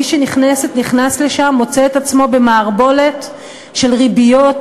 מי שנכנס לשם מוצא עצמו במערבולת של ריביות,